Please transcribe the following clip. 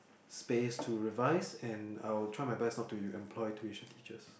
space to revise and I will try my best not to employ tuition teachers